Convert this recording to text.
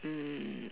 mm